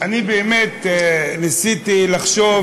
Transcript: אני באמת ניסיתי לחשוב